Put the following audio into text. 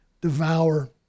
devour